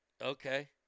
okay